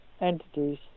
entities